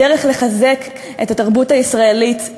הדרך לחזק את התרבות הישראלית,